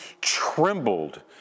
trembled